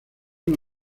uno